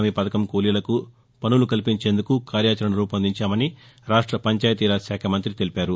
హామీ పథకం కూలీలకు పనులు కల్పించేందుకు కార్యాచరణ రూపొందించామని రాష్ట పంచాయతీరాజ్ శాఖా మంఁతి తెలిపారు